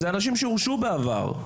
אלה אנשים שהורשעו בעבר.